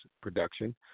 production